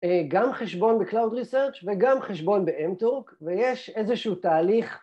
אה, גם חשבון בקלאוד ריסרצ' וגם חשבון באנתרו ויש איזשהו תהליך